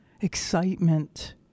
excitement